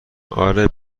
آره